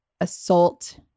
assault